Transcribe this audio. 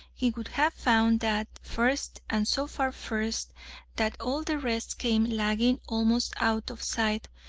he would have found that first, and so far first that all the rest came lagging almost out of sight,